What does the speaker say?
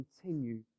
continue